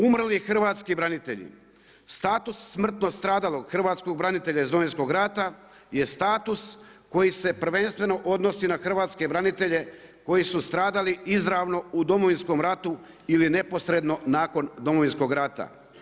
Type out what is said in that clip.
Umrli hrvatski branitelji, status smrtno stradalog hrvatskog branitelja iz Domovinskog rata, je status koji se prvenstveno odnosi na hrvatske branitelje koji su stradali izvarano u Domovinskom ratu, ili neposredno nakon Domovinskog rata.